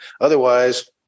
otherwise